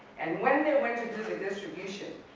and when they went to do the distribution,